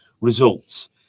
results